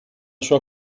sua